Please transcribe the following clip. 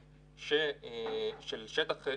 יש פעילות הידברות שחייבת להתקיים,